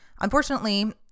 Unfortunately